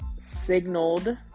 signaled